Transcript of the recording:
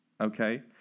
Okay